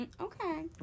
Okay